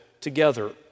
together